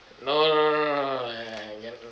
no no no no no I can't